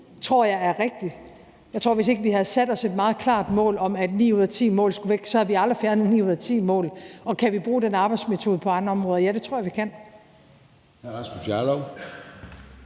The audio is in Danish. tror jeg er rigtig. Jeg tror, at hvis ikke vi havde sat os et meget klart mål om, at ni ud af ti mål skulle væk, så havde vi aldrig fjernet ni ud af ti mål. Kan vi bruge den arbejdsmetode på andre områder? Ja, det tror jeg vi kan.